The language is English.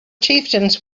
chieftains